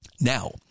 Now